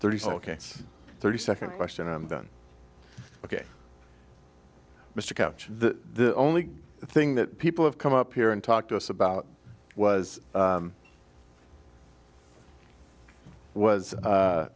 thirty thirty second question i'm done ok mr couch the only thing that people have come up here and talk to us about was was